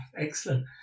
excellent